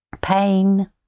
pain